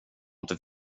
inte